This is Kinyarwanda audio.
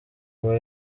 kuba